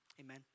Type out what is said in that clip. amen